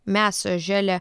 mes želę